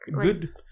Good